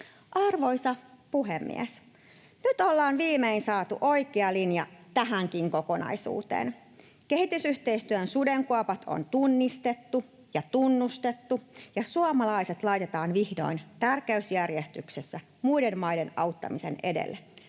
Arvoisa puhemies! Nyt ollaan viimein saatu oikea linja tähänkin kokonaisuuteen. Kehitysyhteistyön sudenkuopat on tunnistettu ja tunnustettu ja suomalaiset laitetaan vihdoin tärkeysjärjestyksessä muiden maiden auttamisen edelle.